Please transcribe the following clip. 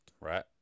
right